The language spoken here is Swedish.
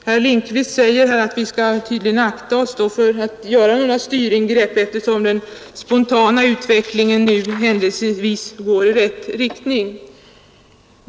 Herr Lindkvist säger att vi skall akta oss för att göra några styringrepp, eftersom den spontana utvecklingen nu händelsevis går i rätt riktning.